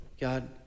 God